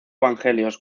evangelios